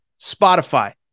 Spotify